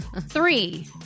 Three